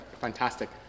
fantastic